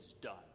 done